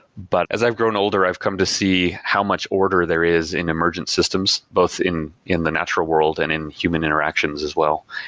but as i've grown older i've come to see how much order there is in emergent systems both in in the natural world and in human interactions as well.